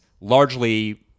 largely